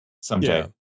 someday